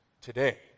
today